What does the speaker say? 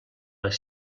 les